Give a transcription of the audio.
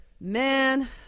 man